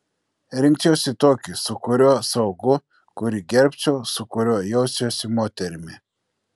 rinkčiausi tokį su kuriuo saugu kurį gerbčiau su kuriuo jausčiausi moterimi